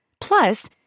Plus